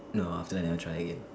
no after that I never try again